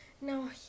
Now